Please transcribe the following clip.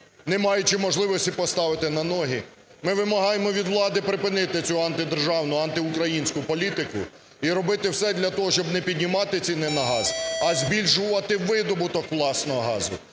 не маючи можливості поставити на ноги? Ми вимагаємо від влади припинити цю антидержавну, антиукраїнську політику і робити все для того, щоб не піднімати ціни на газ, а збільшувати видобуток власного газу.